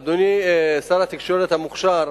אדוני שר התקשורת המוכשר,